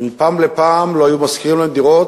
מפעם לפעם לא היו משכירים להם דירות.